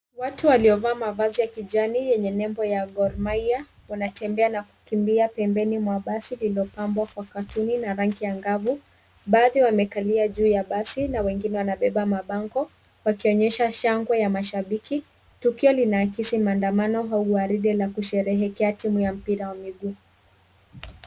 Watu waliovaa mavazi ya kijani yenye nembo ya Gor Mahia wanatembea na kukimbia pembeni lmwa basi ililopambwa kwa katuni na rangi ya angavu. Baadhi wamekalia juu ya mabasi na wengine wanabeba mabango wakionyesha shangwe ya mashabiki. Tukio linaakisi maandamano au gwaride la kusherehekea timu ya mpira wa miguu.